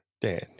Dan